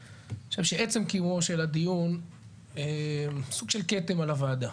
אני חושב שעצם קיומו של הדיון הוא סוג של כתם על הוועדה.